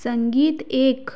संगीत एक